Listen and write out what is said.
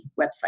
website